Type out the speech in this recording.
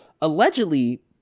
allegedly